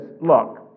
look